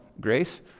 Grace